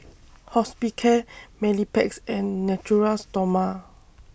Hospicare and Natura Stoma